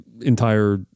entire